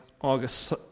August